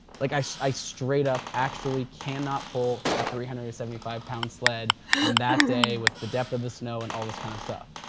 like i so i straight up actually cannot pull a three hundred and seventy five pound sled on that day with the depth of the snow and all this kind of stuff.